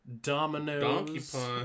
dominoes